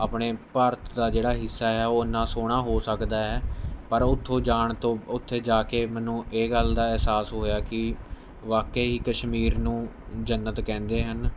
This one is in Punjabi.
ਆਪਣੇ ਭਾਰਤ ਦਾ ਜਿਹੜਾ ਹਿੱਸਾ ਹੈ ਉਹ ਐਨਾ ਸੋਹਣਾ ਹੋ ਸਕਦਾ ਹੈ ਪਰ ਉੱਥੋਂ ਜਾਣ ਤੋਂ ਉੱਥੇ ਜਾ ਕੇ ਮੈਨੂੰ ਇਹ ਗੱਲ ਦਾ ਅਹਿਸਾਸ ਹੋਇਆ ਕੀ ਬਾਕੇਈ ਕਸ਼ਮੀਰ ਨੂੰ ਜੰਨਤ ਕਹਿੰਦੇ ਹਨ